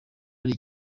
ari